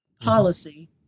policy